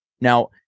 Now